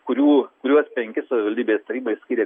kurių kuriuos penkis savivaldybės tarybai skyrė